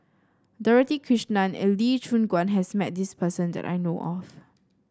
Dorothy Krishnan and Lee Choon Guan has met this person that I know of